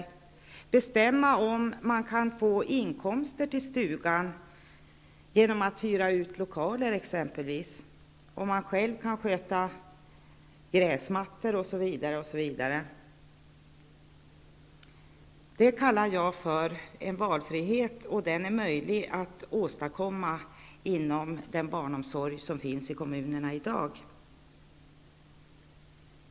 Man skall kunna bestämma att man kan få inkomster till stugan genom att hyra ut lokaler, att man kan sköta gräsmattorna själva osv. Det kallar jag valfrihet. Den är möjlig att åstadkomma inom den barnomsorg som finns i kommunerna i dag.